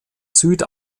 süd